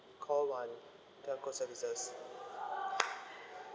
call one telco services